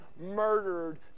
murdered